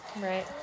right